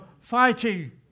fighting